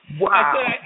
Wow